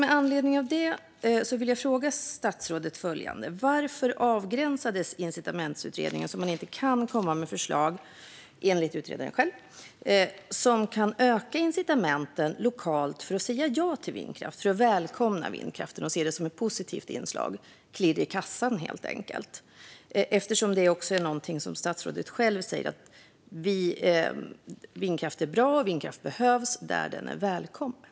Med anledning av det vill jag fråga statsrådet följande: Varför begränsades Incitamentsutredningen så att den, enligt utredaren själv, inte kunde komma med förslag som hade kunnat öka de lokala incitamenten för att säga ja och välkomna vindkraften och se den som ett positivt inslag - klirr i kassan, helt enkelt? Statsrådet säger ju själv att vindkraft är bra och att den behövs där den är välkommen.